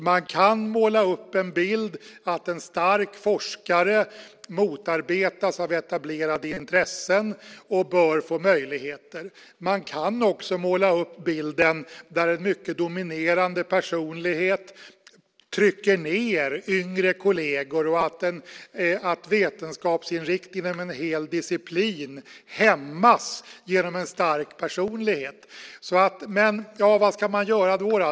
Man kan måla upp en bild att en stark forskare motarbetas av etablerade intressen och bör få möjligheter. Man kan också måla upp bilden där en mycket dominerande personlighet trycker ned yngre kolleger så att vetenskapsinriktningen inom en hel disciplin hämmas genom en stark personlighet. Vad ska man då göra?